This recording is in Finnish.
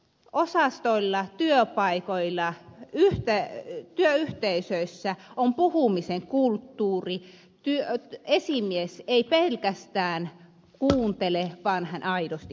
osastoilla työpaikoilla työyhteisöissä on puhumisen kulttuuri esimies ei pelkästään kuuntele vaan hän aidosti kuulee